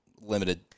limited